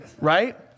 right